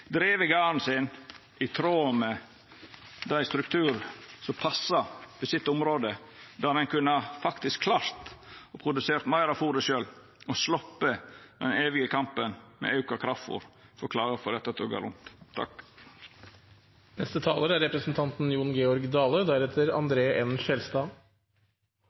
sin i tråd med den strukturen som passa på sitt område, der ein kunne klart å produsera meir av fôret sjølv og sloppe den evige kampen med meir bruk av kraftfôr for å klara å få dette til å gå rundt.